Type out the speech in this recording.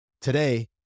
Today